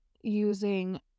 using